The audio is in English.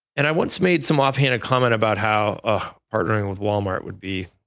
and i once made some offhanded comment about how ah partnering with walmart would be,